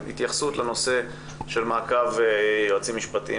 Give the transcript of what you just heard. התייחסות לנושא של מעקב יועצים משפטיים